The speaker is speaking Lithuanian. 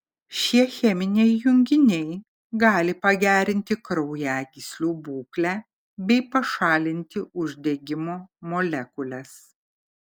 šie cheminiai junginiai gali pagerinti kraujagyslių būklę bei pašalinti uždegimo molekules